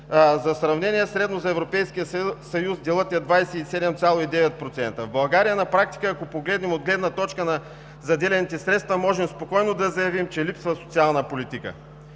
За сравнение – средно за Европейския съюз делът е 27,9%. В България на практика, ако погледнем от гледна точка на заделените средства, можем спокойно да заявим, че липсва социална политика.